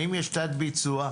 האם יש תת ביצוע?